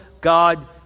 God